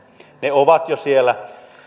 ne ovat jo siellä